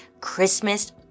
Christmas